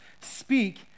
Speak